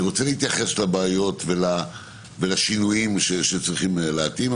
אני רוצה להתייחס לבעיות ולשינויים שצריכים להתאים,